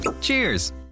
Cheers